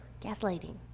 Gaslighting